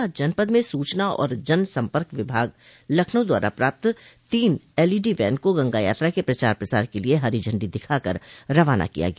आज जनपद में सूचना और जनसम्पर्क विभाग लखनऊ द्वारा प्राप्त तीन एलईडी वैन को गंगा यात्रा के प्रचार प्रसार के लिये हरी झंडी दिखा कर रवाना किया गया